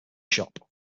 shop